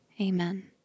Amen